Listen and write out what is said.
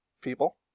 people